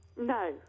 No